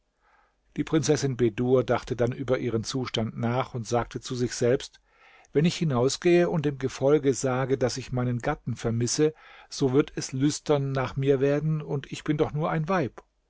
die prinzessin bedur dachte dann über ihren zustand nach und sagte zu sich selbst wenn ich hinausgehe und dem gefolge sage daß ich meinen gatten vermisse so wird es lüstern nach mir werden und ich bin doch nur ein weib